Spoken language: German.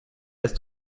ist